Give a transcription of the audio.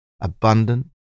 abundant